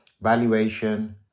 valuation